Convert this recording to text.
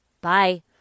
Bye